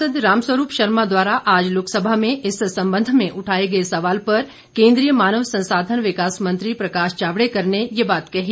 सांसद रामस्वरूप शर्मा द्वारा आज लोकसभा में इस संबंध में उठाए गए सवाल पर केंद्रीय मानव संसाधन विकास मंत्री प्रकाश जावड़ेकर ने ये बात कही